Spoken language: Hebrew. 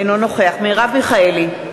אינו נוכח מרב מיכאלי,